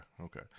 Okay